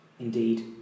Indeed